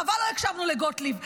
חבל שלא הקשבנו לגוטליב.